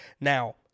now